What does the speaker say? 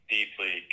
deeply